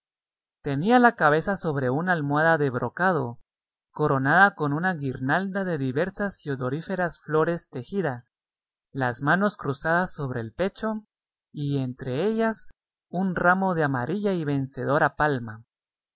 tenía la cabeza sobre una almohada de brocado coronada con una guirnalda de diversas y odoríferas flores tejida las manos cruzadas sobre el pecho y entre ellas un ramo de amarilla y vencedora palma